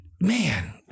man